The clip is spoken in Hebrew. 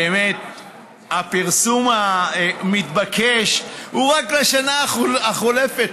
באמת הפרסום המתבקש הוא רק לשנה החולפת,